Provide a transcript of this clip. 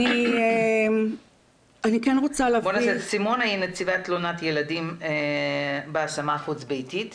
אני מנהלת האגף החוץ ביתי.